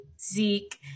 Zeke